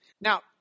Now